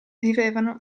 vivevano